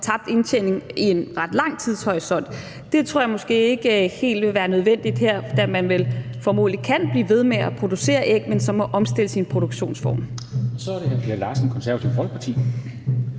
tabt indtjening i en ret lang tidshorisont. Det tror jeg måske ikke helt vil være nødvendigt her, da man vel formodentlig kan blive ved med at producere æg, men så må omstille sin produktionsform. Kl. 13:06 Formanden (Henrik Dam